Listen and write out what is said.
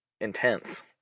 intense